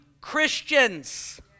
Christians